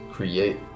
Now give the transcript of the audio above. Create